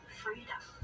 freedom